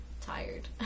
tired